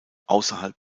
außerhalb